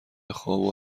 خوابو